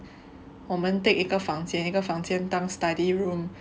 我们 take 一个房间一个房间当 study room